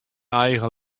eigen